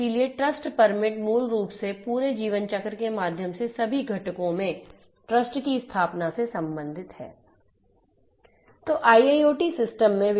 इसलिए trust permit मूल रूप से पूरे जीवनचक्र के माध्यम से सभी घटकों में ट्रस्ट की स्थापना से संबंधित है